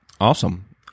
Awesome